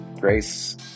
Grace